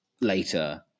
later